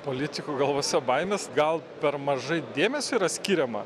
politikų galvose baimės gal per mažai dėmesio yra skiriama